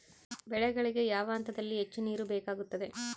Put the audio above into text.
ಬೆಳೆಗಳಿಗೆ ಯಾವ ಹಂತದಲ್ಲಿ ಹೆಚ್ಚು ನೇರು ಬೇಕಾಗುತ್ತದೆ?